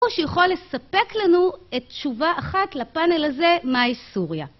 הוא שיכול לספק לנו את תשובה אחת לפאנל הזה, מהי סוריה.